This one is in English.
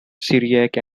syriac